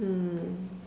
hmm